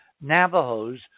Navajos